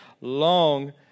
long